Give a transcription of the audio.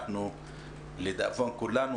לדאבון כולנו,